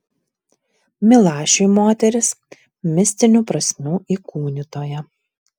milašiui moteris mistinių prasmių įkūnytoja